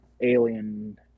alien